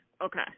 okay